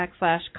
backslash